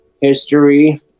history